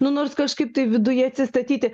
nu nors kažkaip tai viduje atsistatyti